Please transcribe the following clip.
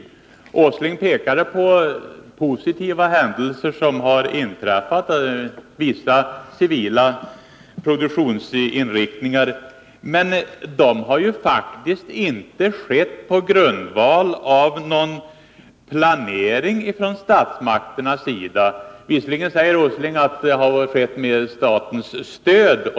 Nils Åsling pekade på positiva händelser som inträffat — man har fått till stånd vissa civila produktionsinriktningar. Men de har faktiskt inte skett på grundval av någon planering från statsmakternas sida — låt vara att det enligt Nils Åsling skett med statens stöd.